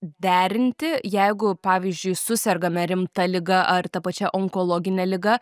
derinti jeigu pavyzdžiui susergame rimta liga ar ta pačia onkologine liga